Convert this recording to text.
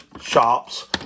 shops